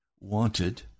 wanted